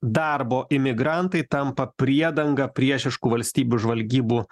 darbo imigrantai tampa priedanga priešiškų valstybių žvalgybų